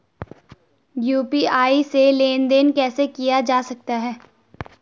UPI से लेनदेन कैसे किया जा सकता है?